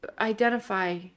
identify